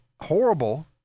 horrible